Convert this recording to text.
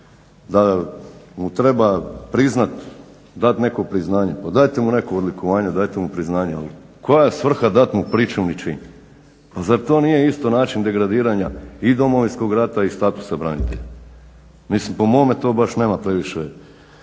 da mu treba priznati, dat neko priznanje? Pa dajte mu neko odlikovanje, dajte mu priznanje, ali koja je svrha dati mu pričuvni čin? Pa zar to nije isto način degradiranja i Domovinskog rata i statusa branitelja? Mislim po mome to baš nema previše